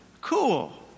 cool